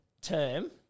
term